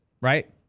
right